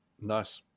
Nice